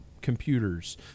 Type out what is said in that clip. computers